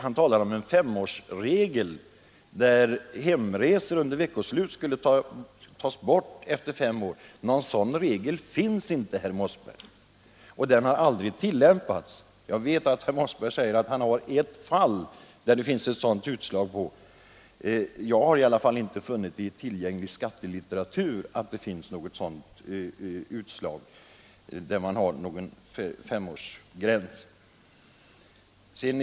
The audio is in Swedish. Han talar om en regel som skulle innebära att hemresor under veckoslut skulle tas bort efter fem år. Någon sådan regel finns inte och har aldrig tillämpats. Herr Mossberg säger att han i ett fall känner till ett sådant utslag. Jag har i varje fall inte kunnat finna i tillgänglig skattelitteratur att det finns något utslag med en sådan femårsgräns.